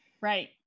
Right